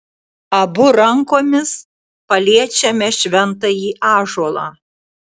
abu rankomis paliečiame šventąjį ąžuolą